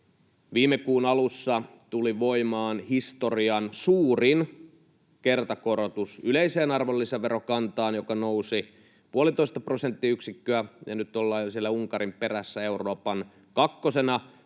Viime kuun alussa tuli voimaan historian suurin kertakorotus yleiseen arvonlisäverokantaan, joka nousi puolitoista prosenttiyksikköä, ja nyt ollaan jo siellä Unkarin perässä Euroopan kakkosena